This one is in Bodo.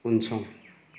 उनसं